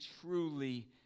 truly